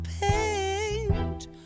paint